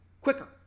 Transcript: quicker